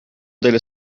delle